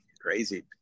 crazy